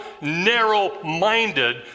narrow-minded